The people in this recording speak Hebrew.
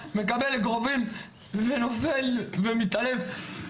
מקבל אגרופים ונופל ומתעלף.